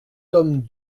tome